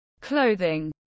clothing